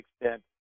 extent